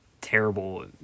terrible